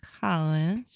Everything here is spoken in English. college